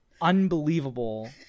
unbelievable